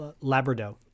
Labrador